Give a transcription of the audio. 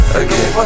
again